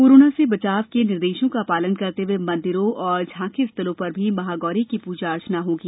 corona से बचाव के निर्देशों का पालन करते हुए मंदिरों और झॉकीस्थलों पर भी महागौरी की पूजा अर्चना होगी